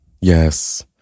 Yes